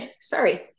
sorry